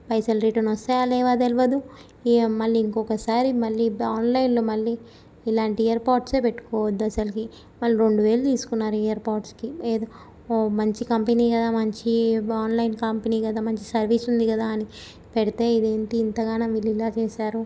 పైసలు రిటర్న్ వస్తాయా లేవా తెలిదు ఇంకా మళ్ళీ ఇంకొకసారి మళ్ళీ ఆన్లైన్లో మళ్ళీ ఇలాంటి ఇయర్ పోడ్సే పెట్టుకోవద్దు అస్సలు వాళ్ళు రెండు వేలు తీసుకున్నారు ఇయర్ పోడ్స్కి ఏదో ఓ మంచి కంపెనీ కదా మంచి ఆన్లైన్ కంపెనీ కదా మంచి సర్వీస్ ఉంది కదా అని పెడితే ఇదేంటి ఇంత ఘనం వీళ్ళిలా చేసారు